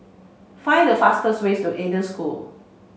find the fastest way to Eden School